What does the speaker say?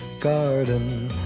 garden